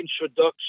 introduction